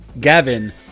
Gavin